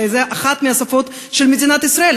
שזו אחת השפות של מדינת ישראל,